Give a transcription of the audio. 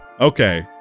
Okay